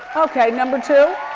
okay, number two.